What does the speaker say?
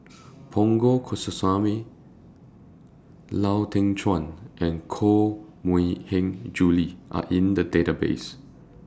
Punch Coomaraswamy Lau Teng Chuan and Koh Mui Hiang Julie Are in The Database